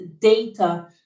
data